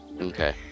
Okay